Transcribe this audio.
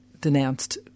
denounced